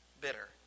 bitter